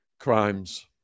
crimes